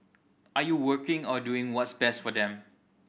are you working or doing what's best for them